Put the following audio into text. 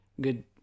good